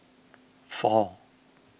four